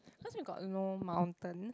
cause we got no mountains